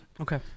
Okay